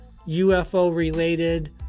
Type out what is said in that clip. UFO-related